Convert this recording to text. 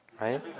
right